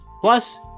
Plus